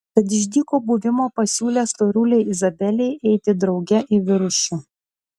tad iš dyko buvimo pasiūlė storulei izabelei eiti drauge į viršų